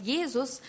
Jesus